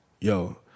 yo